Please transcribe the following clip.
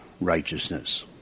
righteousness